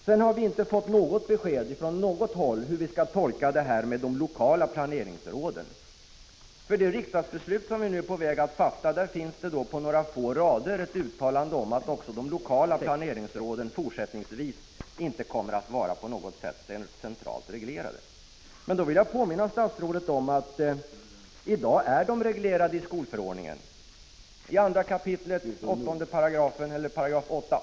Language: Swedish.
Sedan har jag inte fått något besked från något håll om hur man skall tolka detta med de lokala planeringsråden. I det riksdagsbeslut som vi nu är på väg att fatta finns det på några få rader ett uttalande om att också de lokala planeringsråden fortsättningsvis inte på något sätt kommer att vara centralt reglerade. Men då vill jag påminna statsrådet om att de i dag är reglerade i skolförordningen, i 2 kap. 8 a §.